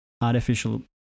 artificial